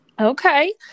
Okay